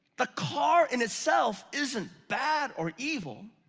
the car in itself isn't bad or evil.